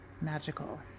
magical